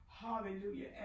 Hallelujah